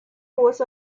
was